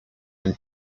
and